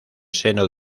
seno